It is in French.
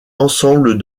ensemble